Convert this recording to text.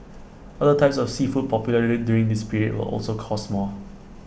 other types of seafood popularly during this period will also cost more